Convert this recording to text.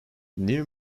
new